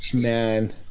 man